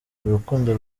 urukundo